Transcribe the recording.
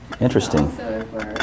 interesting